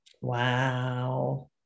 wow